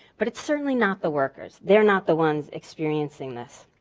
but it's certainly not the workers. they're not the ones experiencing this.